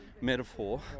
metaphor